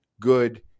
good